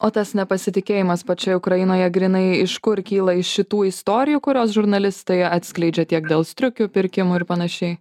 o tas nepasitikėjimas pačioj ukrainoje grynai iš kur kyla iš šitų istorijų kurios žurnalistai atskleidžia tiek dėl striukių pirkimų ir panašiai